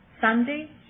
Sunday